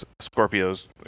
Scorpio's